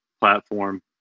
platform